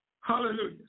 Hallelujah